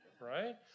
right